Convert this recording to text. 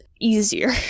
easier